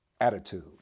attitude